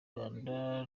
rwanda